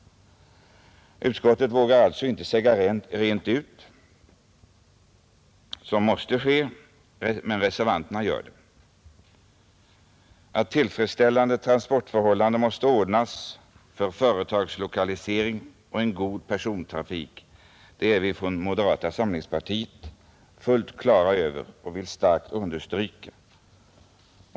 Utskottet vågar alltså inte säga rent ut vad som måste ske, men reservanterna gör det. Att tillfredsställande transportförhållanden måste ordnas för företagslokalisering och att en god persontrafik är nödvändig, det är vi från moderata samlingspartiet fullt på det klara med och vill kraftigt understryka.